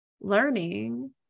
learning